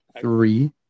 three